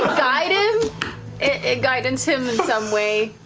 ah guidance ah guidance him in some way.